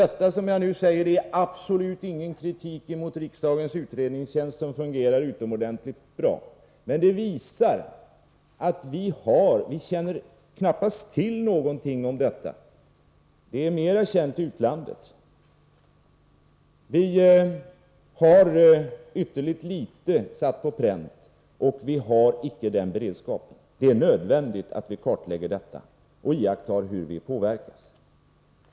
Det som jag nu säger är absolut ingen kritik mot riksdagens utredningstjänst, vilken fungerar utomordentligt bra, men det visar att vi knappast känner till något om detta. Det är mer känt i utlandet. Vi har ytterligt litet som är satt på pränt, och vi har inte den beredskapen. Det är nödvändigt att vi kartlägger detta och iakttar hur vi påverkas.